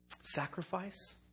Sacrifice